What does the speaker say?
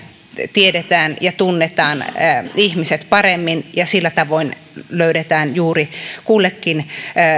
tiedetään ja tunnetaan ihmiset paremmin ja sillä tavoin löydetään juuri kullekin